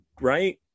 right